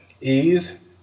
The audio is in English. ease